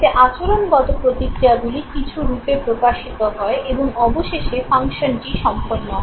এতে আচরণগত প্রতিক্রিয়াগুলির কিছু রূপে প্রকাশিত হয় এবং অবশেষে ফাংশনটি সম্পন্ন হয়